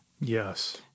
Yes